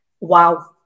wow